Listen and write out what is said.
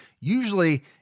usually